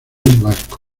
vasco